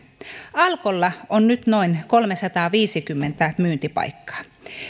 alkolla on nyt noin kolmesataaviisikymmentä myyntipaikkaa